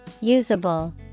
Usable